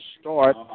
start